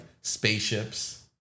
spaceships